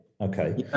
okay